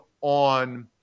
on